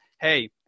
Hey